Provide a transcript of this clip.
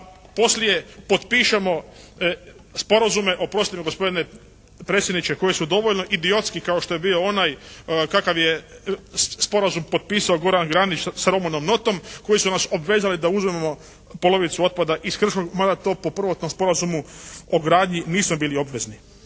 poslije potpišemo sporazume, oprostite mi gospodine predsjedniče, koji su dovoljno idiotski kao što je bio onaj kakav je sporazum potpisao Goran Granić sa Romanom Notom koji su nas obvezali da uzmemo polovicu otpada iz Krškog, mada to po prvotnom sporazumu o gradnji nismo bili obvezni.